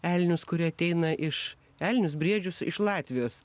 elnius kurie ateina iš elnius briedžius iš latvijos